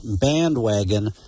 bandwagon